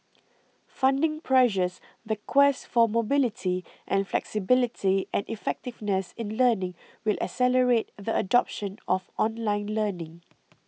funding pressures the quest for mobility and flexibility and effectiveness in learning will accelerate the adoption of online learning